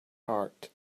heart